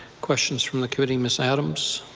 questions from the committee. ms. adams.